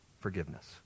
forgiveness